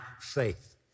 faith